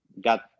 got